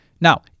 now